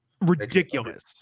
ridiculous